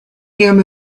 him